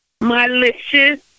malicious